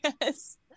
Yes